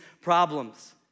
problems